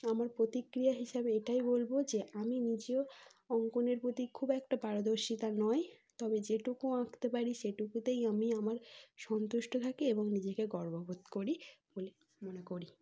আমার প্রতিক্রিয়া হিসাবে এটাই বলব যে আমি নিজেও অঙ্কনের প্রতি খুব একটা পারদর্শী তা নয় তবে যেটুকু আঁকতে পারি সেটুকুতেই আমি আমার সন্তুষ্ট থাকি এবং নিজেকে গর্ববোধ করি বলে মনে করি